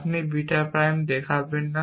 আপনি beta prime দেখাবেন না